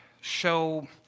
show